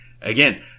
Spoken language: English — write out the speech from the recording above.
again